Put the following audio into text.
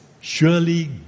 Surely